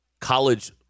college